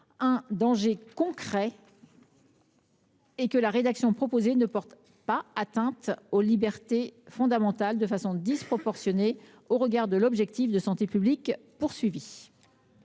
un danger concret. La rédaction proposée ne porte pas atteinte aux droits et aux libertés fondamentales de façon disproportionnée au regard de l’objectif de santé publique recherché.